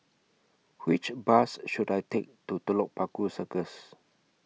Which Bus should I Take to Telok Paku Circus